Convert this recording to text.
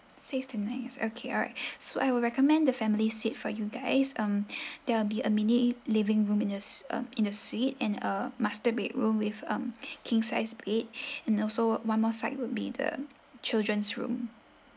six to nine okay alright so I will recommend the family suite for you guys um there'll be a mini living room in the s~ um in the suite and a master bedroom with um king sized bed and also one more site would be the children's room